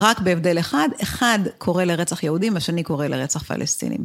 רק בהבדל אחד, אחד קורא לרצח יהודים, השני קורא לרצח פלסטינים.